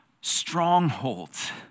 strongholds